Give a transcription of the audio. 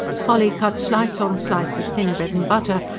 polly cut slice on slice of thin bread-and-butter,